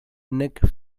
nek